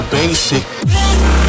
Basic